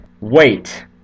wait